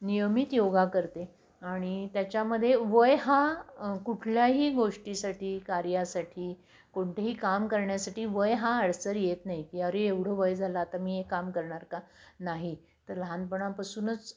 नियमित योगा करते आणी त्याच्यामध्ये वय हा कुठल्याही गोष्टीसाठी कार्यासाठी कोणतंही काम करण्यासाठी वय हा अडसर येत नाही की अरे एवढं वय झालं आता मी हे काम करणार का नाही तर लहानपणापासूनच